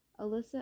Alyssa